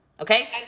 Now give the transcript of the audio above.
Okay